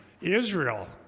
Israel